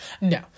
no